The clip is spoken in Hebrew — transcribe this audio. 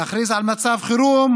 להכריז על מצב חירום